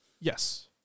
Yes